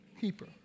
keeper